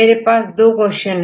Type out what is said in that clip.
मेरे पास 2 प्रश्न है